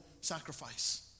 sacrifice